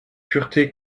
pureté